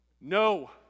No